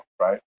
right